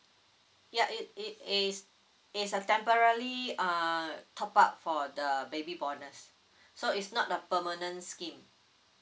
ya it it is is a temporally uh top up for the baby bonus so it's not a permanent scheme